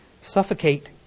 suffocate